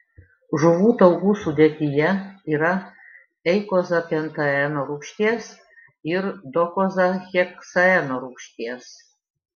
žuvų taukų sudėtyje yra eikozapentaeno rūgšties ir dokozaheksaeno rūgšties